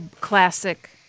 classic